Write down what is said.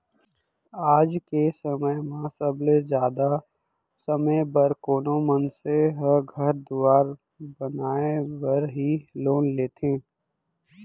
आज के समय म सबले जादा समे बर कोनो मनसे ह घर दुवार बनाय बर ही लोन लेथें